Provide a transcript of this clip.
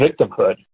victimhood